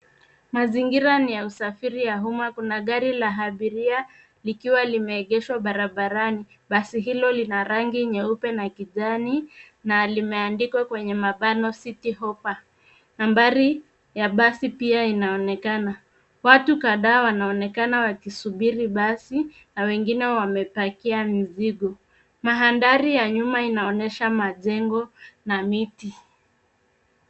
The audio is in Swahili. Mazingira ni ya usafiri ya umma. Kuna gari la abiria likiwa limeegeshwa barabarani. Basi hilo lina rangi nyeupe na kijani na limeandikwa citihoppa. Nambari ya basi pia inaonekana. Watu kadhaa wanaonekana wakisubiri basi na wengine wamepakia mizigo. Mandhari ya nyuma inaonyesha majengo na miti.